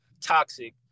toxic